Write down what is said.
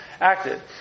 acted